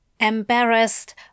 Embarrassed